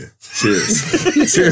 Cheers